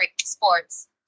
sports